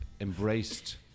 embraced